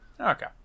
Okay